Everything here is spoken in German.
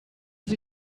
sie